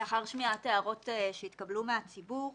לאחר שמיעת הערות שהתקבלו מהציבור,